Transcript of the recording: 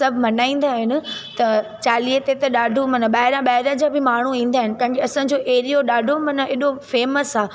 सभु मल्हाईंदा आहिनि त चालीह ते त ॾाढो माना ॿाहिरां ॿाहिरां जा बि माण्हू ईंदा आहिनि ताकी असांजो एरियो ॾाढो माना हेॾो फेमस आहे